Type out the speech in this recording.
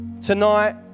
Tonight